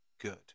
good